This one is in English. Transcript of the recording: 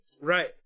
Right